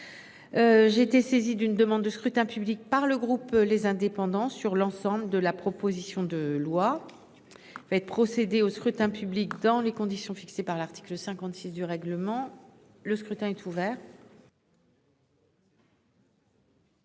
J'ai été saisie d'une demande de scrutin public émanant du groupe Les Indépendants- République et Territoires. Il va être procédé au scrutin dans les conditions fixées par l'article 56 du règlement. Le scrutin est ouvert.